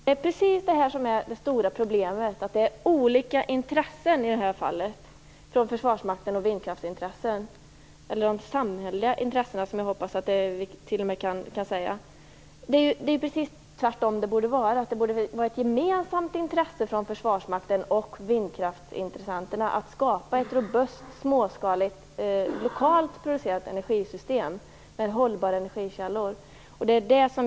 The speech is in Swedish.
Fru talman! Det är precis det här som är det stora problemet. Det finns olika intressen i det här fallet från Försvarsmakten och från vindkraftsintressena - eller de samhälleliga intressena hoppas jag t.o.m. att jag kan säga. Det borde vara precis tvärtom. Det borde vara ett gemensamt intresse från Försvarsmakten och vindkraftsintressenterna att skapa ett robust, småskaligt lokalt producerat energisystem med hållbara energikällor.